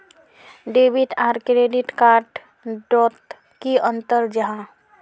Debit आर credit card डोट की अंतर जाहा?